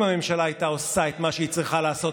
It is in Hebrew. אם הממשלה הייתה עושה את מה שהיא צריכה לעשות